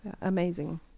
amazing